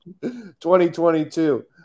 2022